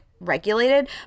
regulated